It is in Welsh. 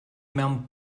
mewn